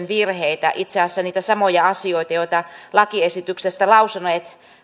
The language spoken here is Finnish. virheitä itse asiassa niitä samoja asioita joita lakiesityksestä lausunnon